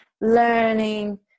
learning